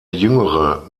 jüngere